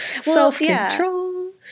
Self-control